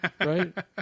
Right